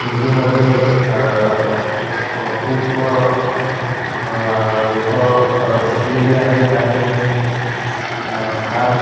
दिल्लीमध्ये खूप लोकं शिकलेली आहेत आणि फार